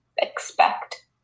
expect